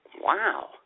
Wow